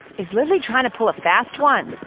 is lily trying to pull a fast one?